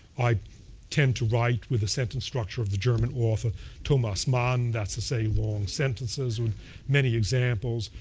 i tend to write with a sentence structure of the german author thomas mann, that's to say long sentences with many examples.